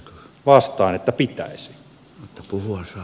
vastaan että pitäisi